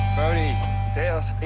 thirty days.